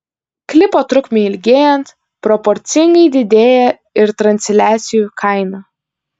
klipo trukmei ilgėjant proporcingai didėja ir transliacijų kaina